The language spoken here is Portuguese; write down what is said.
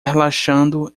relaxando